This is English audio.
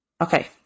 Okay